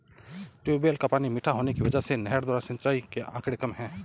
tubewell का पानी मीठा होने की वजह से नहर द्वारा सिंचाई के आंकड़े कम है